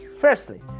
firstly